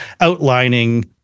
outlining